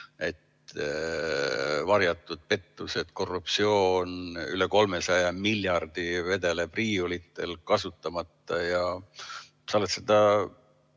Varjatud pettused, korruptsioon, üle 300 miljardi vedeleb riiulitel kasutamata. Sa oled seda